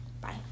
Bye